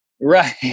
Right